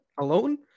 alone